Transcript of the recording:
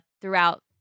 throughout